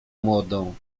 młodą